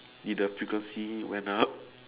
did the frequency went up